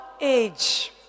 age